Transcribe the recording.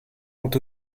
ont